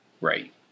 Right